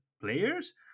players